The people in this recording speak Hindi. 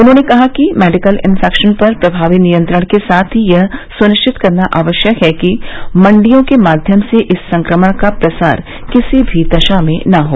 उन्होंने कहा कि मेडिकल इंफेक्शन पर प्रभावी नियंत्रण के साथ ही यह सुनिश्चित करना आवश्यक है कि मंडियों के माध्यम से इस संक्रमण का प्रसार किसी भी दशा में न हो